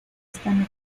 están